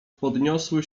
podniosły